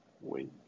Wait